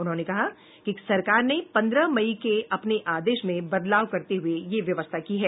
उन्होंने कहा कि सरकार ने पन्द्रह मई के अपने आदेश में बदलाव करते हये यह व्यवस्था की है